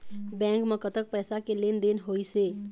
Bank म कतक पैसा के लेन देन होइस हे?